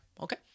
okay